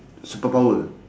superpower